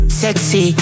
sexy